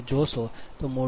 35 0